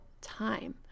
time